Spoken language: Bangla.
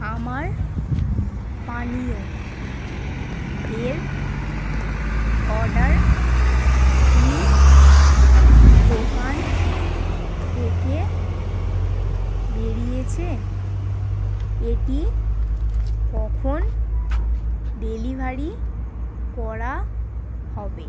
আমার পানীয় এর অর্ডার কি দোকান থেকে বেরিয়েছে এটি কখন ডেলিভারি করা হবে